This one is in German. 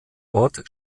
ort